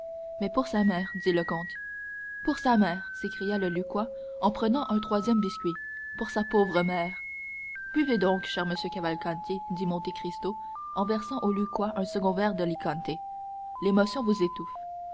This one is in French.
mais pour sa mère dit le comte pour sa mère s'écria le lucquois en prenant un troisième biscuit pour sa pauvre mère buvez donc cher monsieur cavalcanti dit monte cristo en versant au lucquois un second verre d'alicante l'émotion vous étouffe